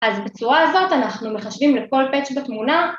‫אז בצורה הזאת אנחנו מחשבים ‫לכל פאצ' בתמונה.